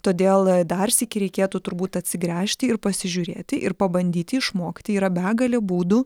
todėl dar sykį reikėtų turbūt atsigręžti ir pasižiūrėti ir pabandyti išmokti yra begalė būdų